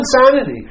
insanity